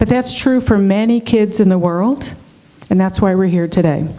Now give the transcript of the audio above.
but that's true for many kids in the world and that's why we're here today